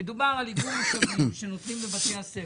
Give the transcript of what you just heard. מדובר על איגום משאבים שנותנים לבתי הספר.